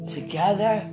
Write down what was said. Together